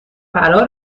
فرا